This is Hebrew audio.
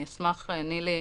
אני אשמח שנילי